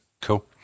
cool